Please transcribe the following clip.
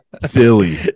silly